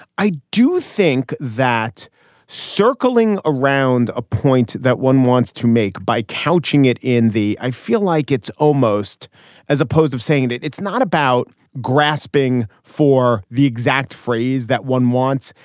i do think that circling around a point that one wants to make by couching it in the i feel like it's almost as opposed of saying and that it's not about grasping for the exact phrase that one wants.